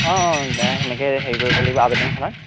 অঁ অঁ দা সেনেকে হেৰি কৰিব লাগিব আবেদনখনত